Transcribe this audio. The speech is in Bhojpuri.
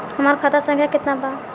हमार खाता संख्या केतना बा?